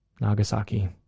Nagasaki